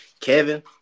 Kevin